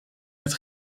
het